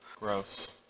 Gross